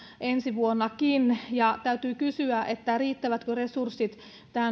ensi vuonnakin ja täytyy kysyä riittävätkö resurssit